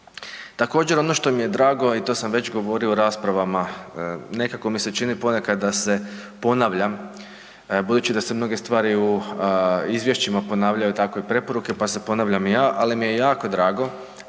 Također ono što mi je drago i to sam već govorio u raspravama, nekako mi se čini ponekad da se ponavljam, buduće da se mnogi stvari u izvješćima ponavljaju tako i preporuke, pa se ponavljam i ja, ali mi je jako drago,